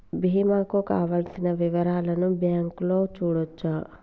బీమా కు కావలసిన వివరాలను బ్యాంకులో చూడొచ్చా?